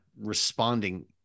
responding